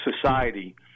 society